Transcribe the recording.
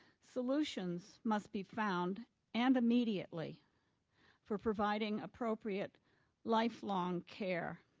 solutions must be found and immediately for providing appropriate lifelong care.